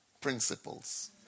principles